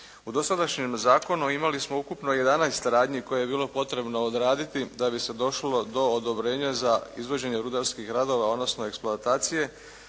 U dosadašnjem zakonu imali smo ukupno 11 radnji koje je bilo potrebno odraditi da bi se došlo do odobrenja za izvođenje rudarskih radova, odnosno eksploatacije,